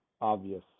obvious